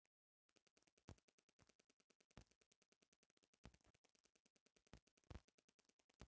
preferred stock के बारे में कॉमन स्टॉक से प्राथमिकता के चार्चा कईल जा सकेला